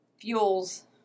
fuels